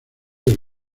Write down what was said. del